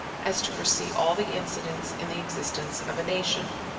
as to foresee all the incidents in the existence of a nation.